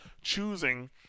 choosing